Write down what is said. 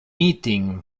eating